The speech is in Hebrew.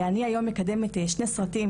אני היום מקדמת שני סרטים